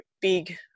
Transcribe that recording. big